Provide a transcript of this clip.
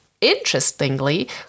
Interestingly